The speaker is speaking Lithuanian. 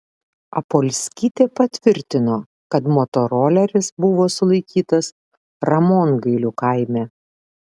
apolskytė patvirtino kad motoroleris buvo sulaikytas ramongalių kaime